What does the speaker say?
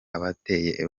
abateye